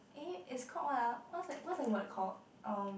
eh is called what ah what's what's the word called um